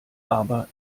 aber